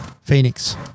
Phoenix